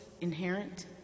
inherent